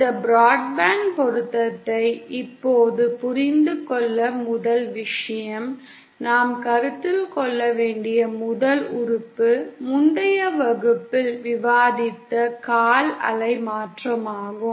இந்த பிராட்பேண்ட் பொருத்தத்தை இப்போது புரிந்து கொள்ள முதல் விஷயம் நாம் கருத்தில் கொள்ள வேண்டிய முதல் உறுப்பு முந்தைய வகுப்பில் விவாதித்த கால் அலை மாற்றமாகும்